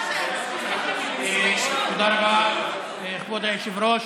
תודה רבה, כבוד היושב-ראש.